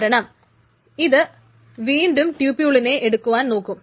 കാരണം ഇത് വീണ്ടും ട്യൂപൂളിനെ എടുക്കുവാൻ നോക്കും